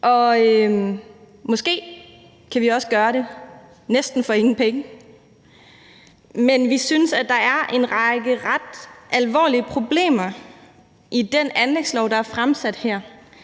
og måske kan vi også gøre det for næsten ingen penge. Men vi synes, at der er en række ret alvorlige problemer i det forslag til anlægslov, der er fremsat.